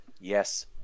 Yes